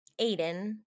Aiden